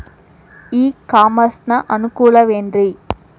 E commerce ನ ಅನುಕೂಲವೇನ್ರೇ?